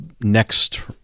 next